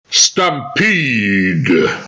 Stampede